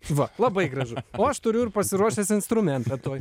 va labai gražu o aš turiu ir pasiruošęs instrumentą tuoj